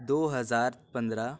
دو ہزار پندرہ